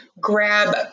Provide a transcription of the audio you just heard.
Grab